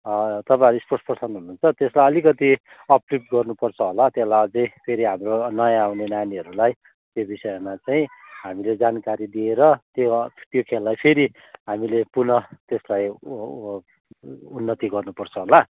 तपाईँहरू स्पोट्सपर्सन हुनुहुन्छ त्यसलाई अलिकति अपलिफ्ट गर्नुपर्छ होला त्यसलाई अझै फेरि हाम्रो नयाँ आउने नानीहरूलाई त्यो विषयमा चाहिँ हामीले जानकारी दिएर त्यो त्यो चाहिँलाई फेरि हामी पुनः त्यसलाई उन्नति गर्नुपर्छ होला